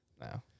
no